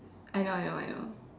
I know I know I know